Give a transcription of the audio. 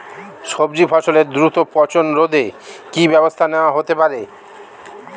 সবজি ফসলের দ্রুত পচন রোধে কি ব্যবস্থা নেয়া হতে পারে?